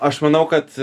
aš manau kad